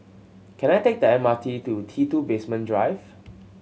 can I take the M R T to T Two Basement Drive